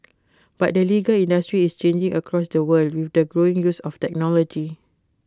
but the legal industry is changing across the world with the growing use of technology